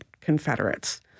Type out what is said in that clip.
Confederates